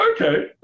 okay